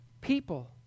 people